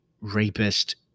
rapist